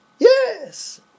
Yes